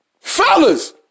Fellas